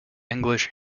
english